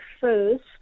first